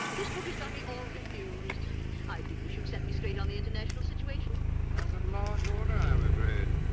this book has got me all confused. i do wish you'd set me straight on the international situation. rather large order i'm afraid.